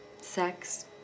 Sex